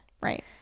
right